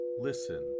listen